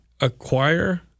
acquire